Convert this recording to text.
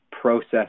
process